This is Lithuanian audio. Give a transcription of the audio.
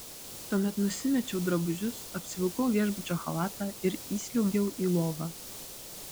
tuomet nusimečiau drabužius apsivilkau viešbučio chalatą ir įsliuogiau į lovą